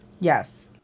Yes